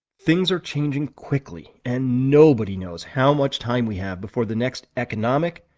things are changing quickly and nobody knows how much time we have before the next economic,